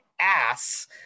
ass